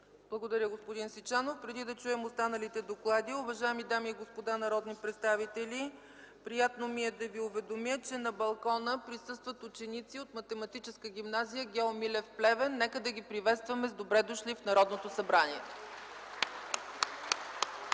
Благодаря, господин Сичанов. Преди да чуем останалите доклади, уважаеми дами и господа народни представители, приятно ми е да ви уведомя, че на балкона присъстват ученици от Математическа гимназия „Гео Милев” в Плевен. Нека да ги приветстваме с „Добре дошли!” в Народното събрание!